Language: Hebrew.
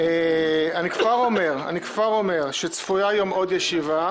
אני כבר אומר שצפויה היום עוד ישיבה